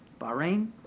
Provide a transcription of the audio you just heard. Bahrain